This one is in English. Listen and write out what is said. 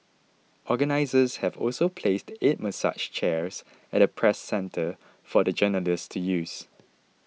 organisers have also placed eight massage chairs at the Press Centre for the journalists to use